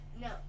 No